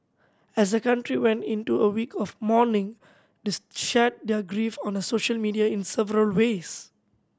as the country went into a week of mourning they shared their grief on the social media in several ways